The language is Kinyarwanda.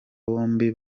bombi